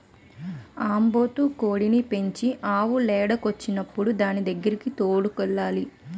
ఆంబోతు కోడిని పెంచి ఆవు లేదకొచ్చినప్పుడు దానిదగ్గరకి తోలుకెళ్లాలి